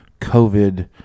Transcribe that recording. COVID